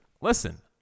listen